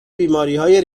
بیماریهای